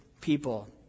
people